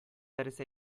дәрес